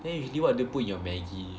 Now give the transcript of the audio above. then usually what do you put in your maggie